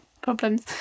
problems